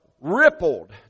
rippled